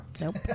Nope